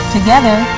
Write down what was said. Together